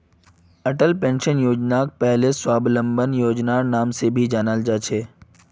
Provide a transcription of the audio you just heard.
Atal pension योजनाक पहले स्वाबलंबन योजनार नाम से भी जाना जा छे